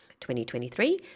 2023